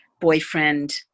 boyfriend